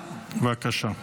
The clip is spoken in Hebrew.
בבקשה.